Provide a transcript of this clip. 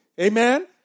Amen